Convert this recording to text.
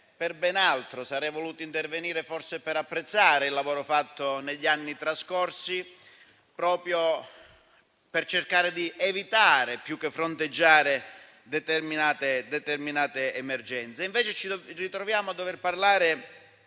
per ben altro. Sarei voluto intervenire forse per apprezzare il lavoro fatto negli anni trascorsi, per cercare di evitare, più che fronteggiare, determinate emergenze. Ci troviamo invece a dover parlare